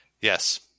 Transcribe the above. Yes